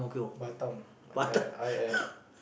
Batam I I and